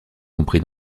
compris